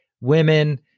Women